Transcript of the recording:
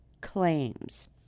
claims